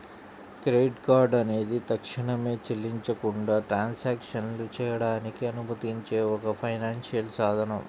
credit card అనేది తక్షణమే చెల్లించకుండా ట్రాన్సాక్షన్లు చేయడానికి అనుమతించే ఒక ఫైనాన్షియల్ సాధనం